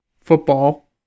football